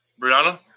Brianna